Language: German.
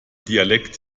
dialekt